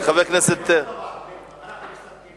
אנחנו מסתפקים בתשובת השר.